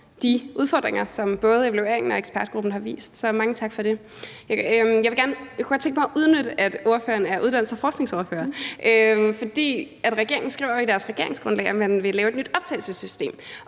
de udfordringer, som både evalueringen og ekspertgruppen har vist at der er – så mange tak for det. Jeg kunne godt tænke mig at udnytte, at ordføreren er uddannelses- og forskningsordfører, for regeringen skriver i sit regeringsgrundlag, at man vil lave et nyt optagelsessystem.